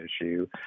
issue